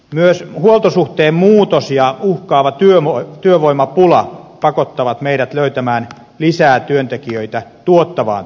myös huoltosuhteen muutos ja uhkaava työvoimapula pakottavat meidät löytämään lisää työntekijöitä tuottavaan työhön